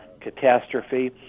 catastrophe